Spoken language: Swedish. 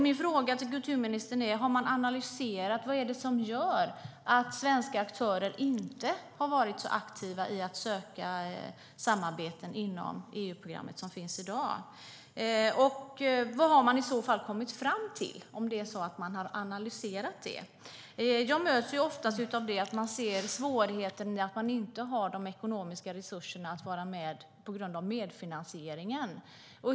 Mina frågor till kulturministern är: Har man analyserat vad det är som gör att svenska aktörer inte har varit så aktiva i att söka samarbeten inom det EU-program som finns i dag? Vad har man i så fall kommit fram till, om det är så att man har analyserat det? Jag möts oftast av att man ser svårigheten i att man inte har de ekonomiska resurserna att vara med, på grund av medfinansieringen.